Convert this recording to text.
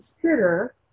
consider